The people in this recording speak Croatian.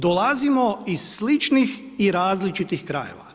Dolazimo iz sličnih i različitih krajeva.